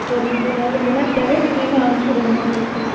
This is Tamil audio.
சரிங்க சார் எங்களுக்கு என்ன தேவையோ மெட்டிரியல்லாம் அனுப்பிச்சுடுங்க எங்களுக்கு